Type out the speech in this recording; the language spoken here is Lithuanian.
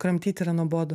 kramtyt yra nuobodu